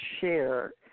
share